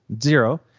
zero